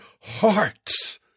hearts